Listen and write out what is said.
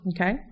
okay